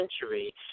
century